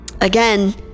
again